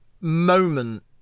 moment